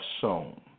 sown